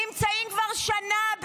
נמצאים בעזה כבר שנה.